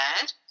bad